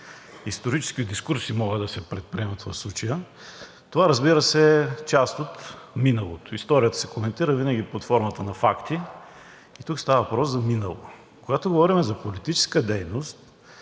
исторически дискурси могат да се предприемат в случая. Това, разбира се, е част от миналото – историята се коментира винаги под формата на факти. Тук става въпрос за минало. Когато говорим за политическа дейност,